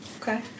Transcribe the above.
Okay